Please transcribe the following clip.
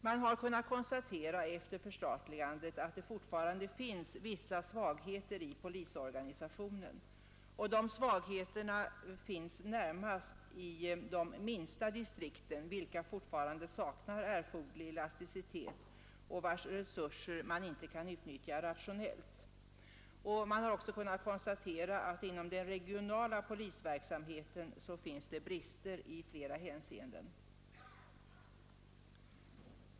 Man har kunnat konstatera efter förstatligandet att det fortfarande finns vissa svagheter i polisorganisationen, och de svagheterna finns närmast i de minsta distrikten, vilka fortfarande saknar erforderlig elasticitet och vilkas resurser man inte kan utnyttja rationellt. Man har också kunnat konstatera att inom den regionala polisverksamheten finns det brister i flera hänseenden.